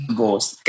ghost